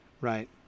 right